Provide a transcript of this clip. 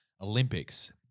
Olympics